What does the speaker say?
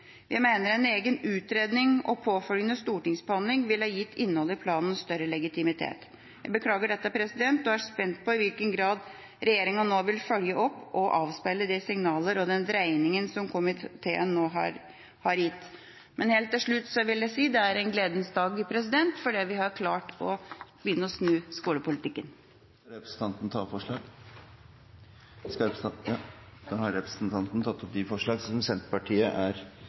Vi mener en egen utredning med påfølgende stortingsbehandling ville gitt innholdet i planen større legitimitet. Jeg beklager dette og er spent på i hvilken grad regjeringa nå vil følge opp og avspeile de signaler og den dreiningen som komiteen nå har gjort. Helt til slutt vil jeg si at dette er en gledens dag, fordi vi har klart å begynne å snu skolepolitikken. Jeg vil ta opp de forslagene vi har sammen med Sosialistisk Venstreparti, og det forslaget vi er alene om. Representanten Anne Tingelstad Wøien har tatt opp de